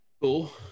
cool